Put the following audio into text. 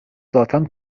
ذاتا